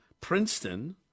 Princeton